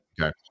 Okay